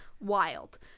wild